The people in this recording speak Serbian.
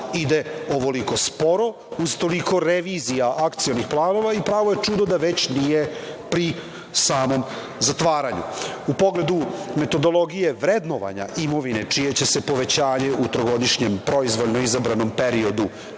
ide ovoliko sporo, uz toliko revizija akcionih planova i pravo je čudo da već nije pri samom zatvaranju.U pogledu metodologije vrednovanja imovine čije će se povećanje u trogodišnjem proizvoljno izabranom periodu